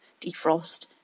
defrost